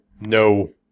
No